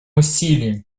усилия